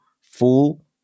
full